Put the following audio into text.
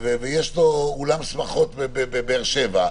ויש לו אולם שמחות בבאר שבע,